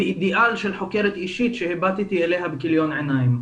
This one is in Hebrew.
ואידיאל של חוקרת אישית שהבטתי אליה בכיליון עיניים.